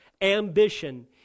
ambition